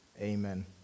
Amen